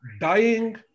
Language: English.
Dying